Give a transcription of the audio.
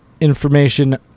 information